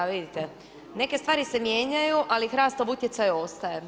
Vidite, neke stvari se mijenjaju, ali HRAST-ov utjecaj ostaje.